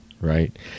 right